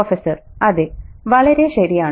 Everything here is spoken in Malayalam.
പ്രൊഫ അതെ വളരെ ശരിയാണ്